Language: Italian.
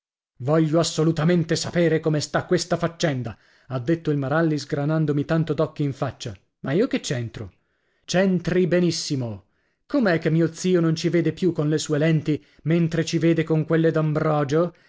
voglio assolutamente sapere come sta questa faccenda ha detto il maralli sgranandomi tanto d'occhi in faccia ma io che c'entro c'entri benissimo com'è che mio zio non ci vede più con le sue lenti mentre ci vede con quelle d'ambrogio e